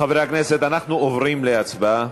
חברי הכנסת, אנחנו עוברים להצבעה.